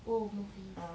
oh movies